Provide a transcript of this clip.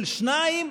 של שניים,